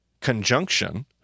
conjunction